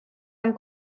han